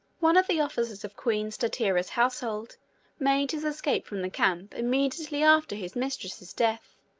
one of the officers of queen statira's household made his escape from the camp immediately after his mistress's death,